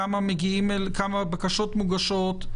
כמה בקשות מוגשות?